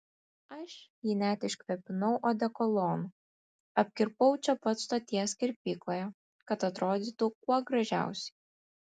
aš jį net iškvėpinau odekolonu apkirpau čia pat stoties kirpykloje kad atrodytų kuo gražiausiai